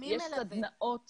יש סדנאות